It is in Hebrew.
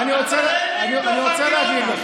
אי-אפשר להמשיך עם